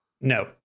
No